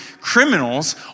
Criminals